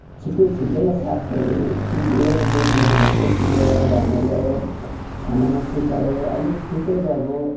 छिपिएको छिपपिएको सागहरू टिप्यो डोकोमा टक टक टिपेर घरमा ल्यायो छानामा सुकायो अलिक ठिकैको अब